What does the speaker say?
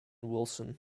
wilson